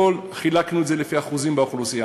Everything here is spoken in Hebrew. קודם כול חילקנו את זה לפי אחוזים באוכלוסייה.